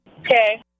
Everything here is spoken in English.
Okay